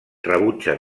rebutja